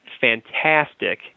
fantastic